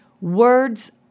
Words